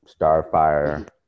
starfire